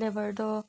ꯂꯦꯕꯔꯗꯣ